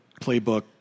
playbook